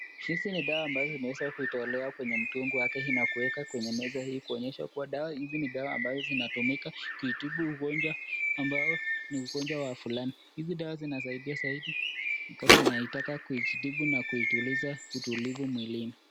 Hizi ni dawa ambazo zinaeza kutolewa kwenye mtungi wake na kuweka kwenye meza hii kuonyesha kuwa dawa hizi ni dawa ambazo zinatumika kuitibu ugonjwa ambao ni ugonjwa wa fulani. Hizi dawa zinasaidia zaidi wakati unaitaka kujitibu na kuituliza utulivu mwilini.